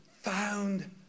found